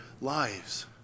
lives